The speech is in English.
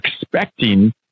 expecting